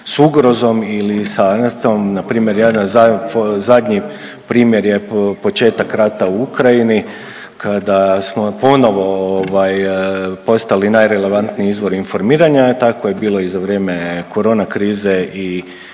ne razumije./… npr. ja na zadnji, zadnji primjer je početak rata u Ukrajini kada smo ponovo ovaj postali najrelevantniji izvor informiranja tako je bilo i za vrijeme korona krize i